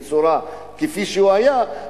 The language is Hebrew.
בצורה כמו שהוא היה,